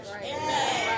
Amen